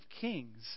kings